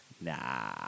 nah